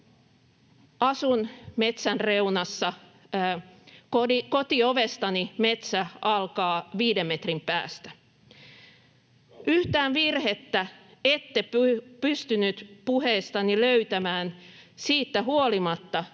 Asun metsän reunassa. Kotiovestani metsä alkaa viiden metrin päästä. [Hannu Hoskosen välihuuto] Yhtään virhettä ette pystynyt puheestani löytämään siitä huolimatta,